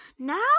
Now